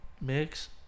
mix